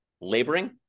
laboring